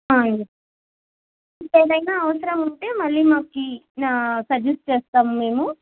ఏదైనా అవసరం ఉంటే మళ్ళీ మాకు సజెస్ట్ చేస్తాము మేము